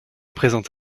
présente